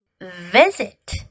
visit